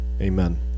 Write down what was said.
Amen